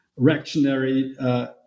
Reactionary